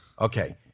Okay